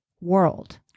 world